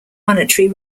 monetary